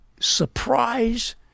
Surprise